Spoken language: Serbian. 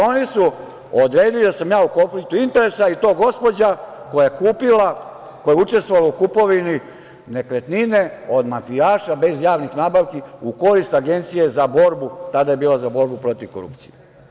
Oni su odredili da sam ja u konfliktu interesa, i to gospođa koja je učestvovala u kupovini nekretnine od mafijaša, bez javnih nabavki, u korist tada je bila Agencija za borbu protiv korupcije.